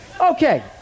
Okay